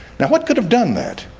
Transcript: now what could have done that?